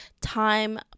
time